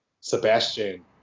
Sebastian